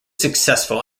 successful